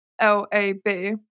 L-A-B